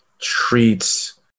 treats